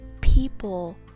people